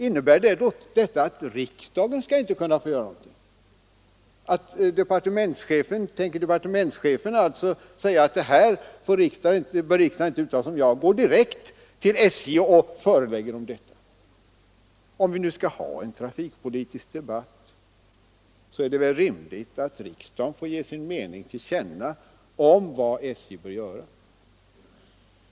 Innebär det då att riksdagen inte skall få göra någonting? Tänker departementschefen säga att det här får riksdagen inte uttala sig om =— utan att han går direkt till SJ och förelägger SJ detta? Om vi nu skall ha en trafikpolitisk debatt är det väl rimligt att riksdagen får ge sin mening till känna om vad SJ bör göra.